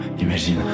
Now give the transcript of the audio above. Imagine